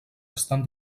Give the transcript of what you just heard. estan